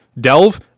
Delve